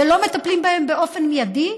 לא מטפלים בהם באופן מיידי,